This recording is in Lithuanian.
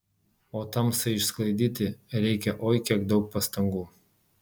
o tamsai išsklaidyti reikia oi kiek daug pastangų